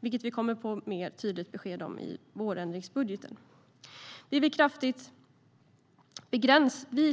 Det kommer ett tydligare besked i vårändringsbudgeten.